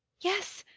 yes,